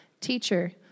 Teacher